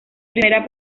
primera